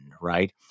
right